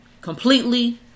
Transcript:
completely